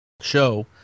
show